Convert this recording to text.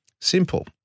Simple